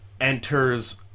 enters